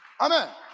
Amen